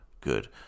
good